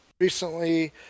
recently